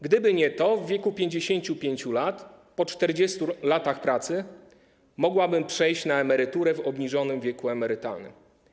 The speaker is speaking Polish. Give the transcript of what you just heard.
Gdyby nie to, w wieku 55 lat, po 40 latach pracy, mogłabym przejść na emeryturę w obniżonym wieku emerytalnym.